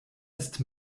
ist